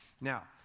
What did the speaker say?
Now